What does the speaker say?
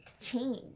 change